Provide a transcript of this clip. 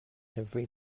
every